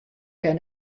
kin